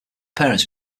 parents